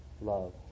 love